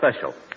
special